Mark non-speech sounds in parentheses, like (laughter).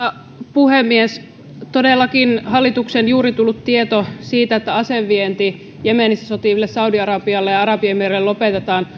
puhemies todellakin juuri on tullut tieto siitä hallituksen linjasta että asevienti jemenissä sotiville saudi arabialle ja arabiemiraateille lopetetaan (unintelligible)